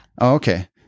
Okay